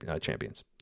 champions